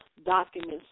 documents